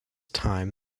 time